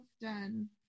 done